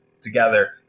together